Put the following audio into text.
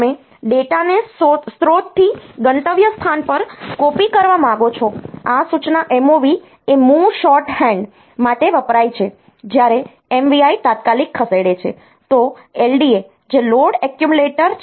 તમે ડેટાને સ્રોતથી ગંતવ્ય સ્થાન પર કૉપિ કરવા માંગો છો આ સૂચના MOV એ મૂવ શોર્ટહેન્ડ માટે વપરાય છે જ્યારે MVI તાત્કાલિક ખસેડે છે તો LDA જે લોડ એક્યુમ્યુલેટર છે